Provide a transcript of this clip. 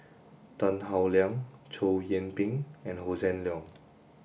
Tan Howe Liang Chow Yian Ping and Hossan Leong